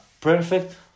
perfect